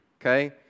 Okay